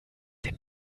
den